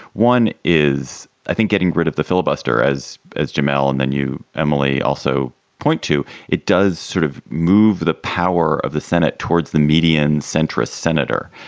one is, i think, getting rid of the filibuster as as jamal and then you, emily, also point to it does sort of move the power of the senate towards the median centrist senator.